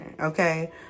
okay